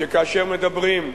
שכאשר מדברים,